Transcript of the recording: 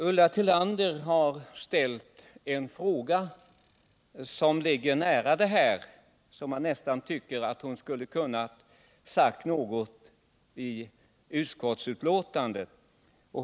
Ulla Tillander har ställt en fråga som ligger så nära detta resonemang att man nästan tycker att hon skulle ha kunnat säga något i utskottsbetänkandet.